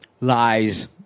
Lies